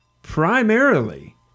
primarily